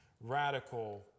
radical